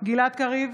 גלעד קריב,